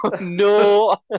no